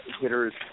hitters